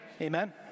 Amen